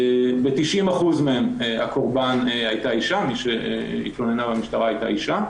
ב-90% מהם הקורבן שהתלונן במשטרה הייתה אישה.